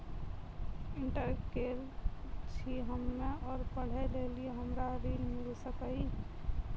Inter केल छी हम्मे और पढ़े लेली हमरा ऋण मिल सकाई?